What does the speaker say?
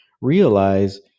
realize